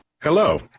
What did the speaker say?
Hello